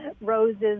Roses